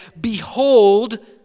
Behold